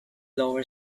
lower